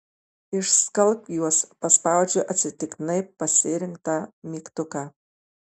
išskalbk juos paspaudžiu atsitiktinai pasirinktą mygtuką